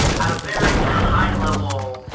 at a very high level,